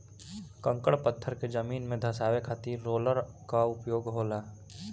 कंकड़ पत्थर के जमीन में धंसावे खातिर रोलर कअ उपयोग होला